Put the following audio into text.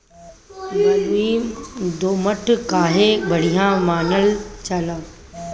बलुई दोमट काहे बढ़िया मानल जाला?